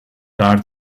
car